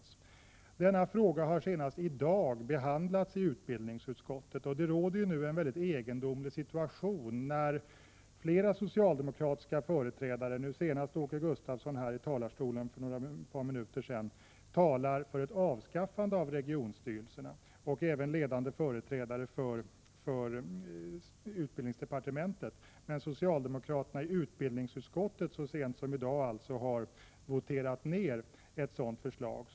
Just i dag har denna fråga för Övrigt återigen behandlats i utbildningsutskottet. Det råder nu en mycket egendomlig situation. Flera företrädare för socialdemokraterna —t.ex. Åke Gustavsson, som talade här för ett par minuter sedan och en ledande företrädare för utbildningsdepartementet — förespråkar nämligen ett avskaffande av regionstyrelserna. Men socialdemokraterna i utbildningsutskottet har så sent som i dag röstat ned ett sådant förslag.